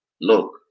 look